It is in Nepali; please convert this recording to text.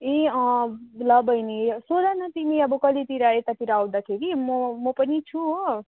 ए अँ ल बहिनी सोध न तिमी अब कहिलेतिर यतातिर आउँदाखेरि म म पनि छु हो